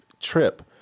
trip